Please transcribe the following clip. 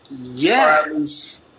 Yes